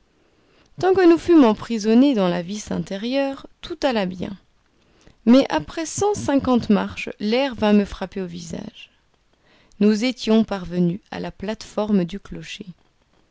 tant que nous fûmes emprisonnés dans la vis intérieure tout alla bien mais après cent cinquante marches l'air vint me frapper au visage nous étions parvenus à la plate-forme du clocher